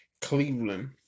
Cleveland